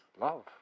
love